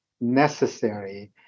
necessary